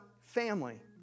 family